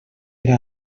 era